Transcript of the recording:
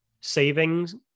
savings